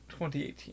2018